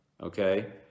Okay